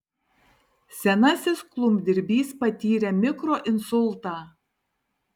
senasis klumpdirbys patyrė mikroinsultą